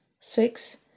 six